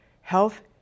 health